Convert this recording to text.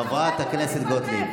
חברת הכנסת גוטליב.